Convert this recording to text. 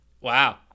Wow